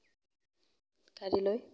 গাড়ীলৈ